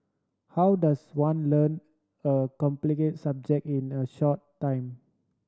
how does one learn a complicated subject in a short time